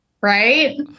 right